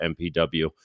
MPW